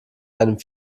einem